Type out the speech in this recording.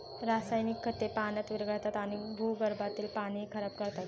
रासायनिक खते पाण्यात विरघळतात आणि भूगर्भातील पाणीही खराब करतात